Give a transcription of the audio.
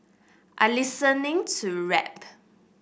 I listening to rap